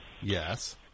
Yes